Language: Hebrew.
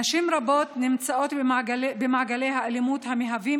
נשים רבות נמצאות במעגלי אלימות המהווים